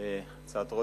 משה כחלון.